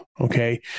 Okay